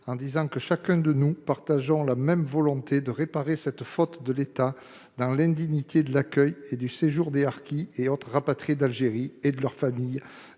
nos divergences, chacun de nous partage la même volonté de réparer cette faute de l'État au regard de l'indignité de l'accueil et du séjour des harkis et autres rapatriés d'Algérie et de leurs familles